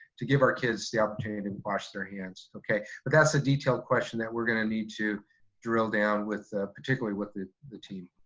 to give our kids the opportunity to wash their hands. but that's a detail question that we're gonna need to drill down with, particularly with the the team.